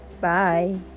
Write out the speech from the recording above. bye